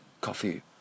coffee